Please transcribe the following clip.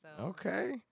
Okay